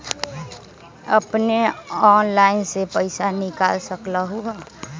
अपने ऑनलाइन से पईसा निकाल सकलहु ह?